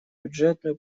бюджетную